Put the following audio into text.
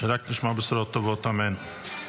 שרק נשמע בשורות טובות, אמן.